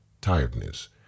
tiredness